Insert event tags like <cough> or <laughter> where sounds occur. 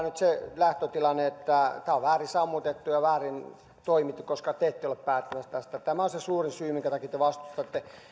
<unintelligible> nyt se lähtötilanne että tämä on väärin sammutettu ja on väärin toimittu koska te ette ole päättämässä tästä tämä on se suurin syy minkä takia te vastustatte